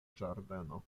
ĝardeno